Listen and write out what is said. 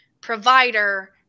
provider